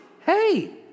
hey